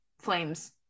flames